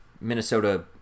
Minnesota